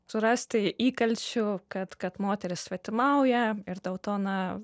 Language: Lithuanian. surasti įkalčių kad kad moteris svetimauja ir dėl to na